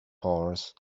horse